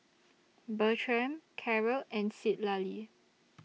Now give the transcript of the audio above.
Bertram Karyl and Citlali